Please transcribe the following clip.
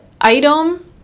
item